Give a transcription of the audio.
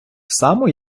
само